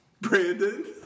Brandon